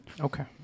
Okay